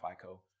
FICO